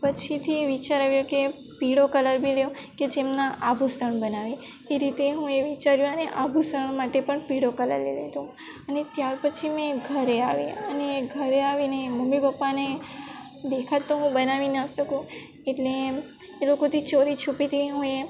પછીથી વિચાર આવ્યો કે પીળો કલર બી લઉં કે જેમનાં આભૂષણ બનાવી એ રીતે હું એ વિચાર્યું અને આભૂષણ માટે પણ પીળો કલર લઈ લીધો ત્યાર પછી અમે ઘરે આવ્યા અને ઘરે આવીને મમ્મી પપ્પાને દેખતા તો બનાવી ના શકું એટલે એ લોકોથી ચોરી છૂપીથી હું એ